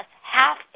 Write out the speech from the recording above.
half